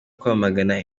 kwamagana